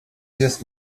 wirst